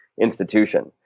institution